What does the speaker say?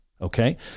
okay